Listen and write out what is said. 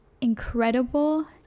incredible